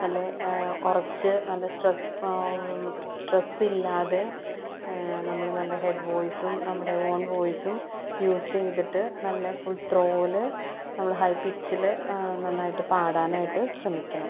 നല്ല ഉറച്ച് നല്ല സ്ട്രെസ്സ് സ്ട്രെസ്സില്ലാതെ നമ്മള് നല്ല ഹെഡ് വോയിസും നമ്മുടെ ഓൺ വോയിസും യൂസ് ചെയ്തിട്ട് നല്ല ഫുൾ ത്രോല് നമ്മള് ഹൈ പിച്ചില് നന്നായിട്ട് പാടാനായിട്ട് ശ്രമിക്കണം